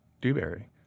Dewberry